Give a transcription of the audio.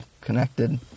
connected